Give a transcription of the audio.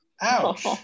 Ouch